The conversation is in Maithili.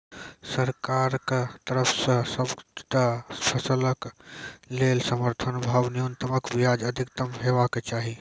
सरकारक तरफ सॅ सबटा फसलक लेल समर्थन भाव न्यूनतमक बजाय अधिकतम हेवाक चाही?